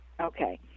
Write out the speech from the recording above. Okay